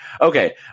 Okay